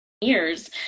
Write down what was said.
years